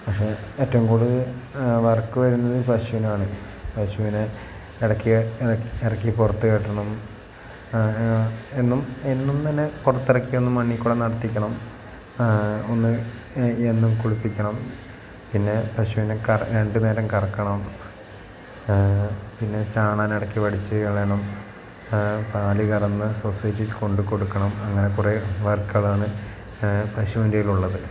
പക്ഷെ ഏറ്റവും കൂടുതൽ വർക്ക് വരുന്നത് പശുവിനാണ് പശുവിന് ഇറക്കി പുറത്ത് കെട്ടണം എന്നും എന്നും തന്നെ പുറത്തിറക്കി ഒന്ന് മണ്ണിൽ കൂടെ നടത്തിക്കണം ഒന്ന് എന്നും കുളിപ്പിക്കണം പിന്നെ പശുവിനെ രണ്ട് നേരം കറക്കണം പിന്നെ ചാണകം ഇടയ്ക്ക് വടിച്ചു കളയണം പാൽ കറന്നു സൊസൈറ്റി കൊണ്ടു കൊടുക്കണം അങ്ങനെ കുറേ വർക്കുകളാണ് പശുവിൻ്റേതിൽ ഉള്ളത്